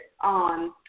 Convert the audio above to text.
on